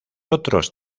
otros